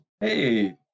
hey